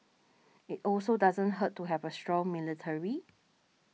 it also doesn't hurt to have a strong military